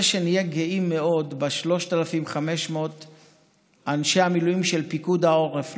שנהיה גאים מאוד ב-3,500 אנשי המילואים של פיקוד העורף.